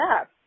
up